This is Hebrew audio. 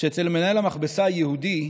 שאצל מנהל המכבסה היהודי